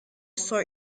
sort